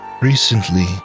recently